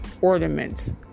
ornaments